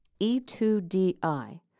E2DI